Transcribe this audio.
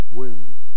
wounds